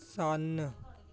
ਸਨ